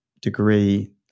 degree